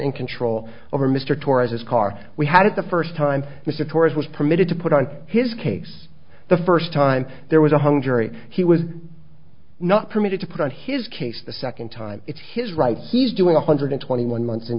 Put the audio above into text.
and control over mr torres his car we had it the first time mr torres was permitted to put on his case the first time there was a hung jury he was not permitted to put on his case the second time it's his right he's doing one hundred twenty one months in